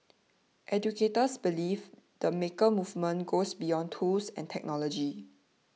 educators believe the maker movement goes beyond tools and technology